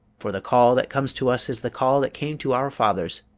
for the call that comes to us is the call that came to our fathers.